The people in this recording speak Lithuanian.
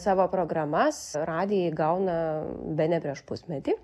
savo programas radijai gauna bene prieš pusmetį